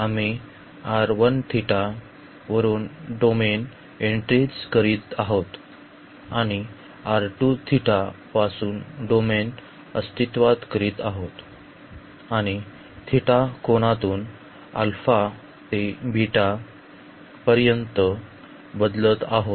आम्ही वरून डोमेन प्रविष्ट करीत आहोत आणि पासून डोमेन अस्तित्त्वात करीत आहोत आणि θ कोनातून α ते β पर्यंत बदलत आहे